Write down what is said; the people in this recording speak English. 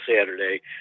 Saturday